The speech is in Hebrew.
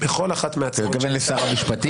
בכל אחת מהטענות --- אתה מתכוון לשר המשפטים?